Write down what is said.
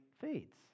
fades